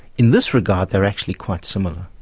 in this regard they are actually quite similar.